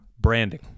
Branding